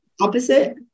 opposite